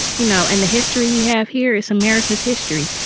you know, and the history we have here is america's history.